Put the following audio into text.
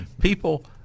People